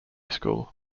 school